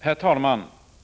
Herr talman!